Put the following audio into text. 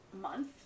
month